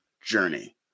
journey